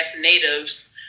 natives